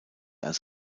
als